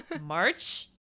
March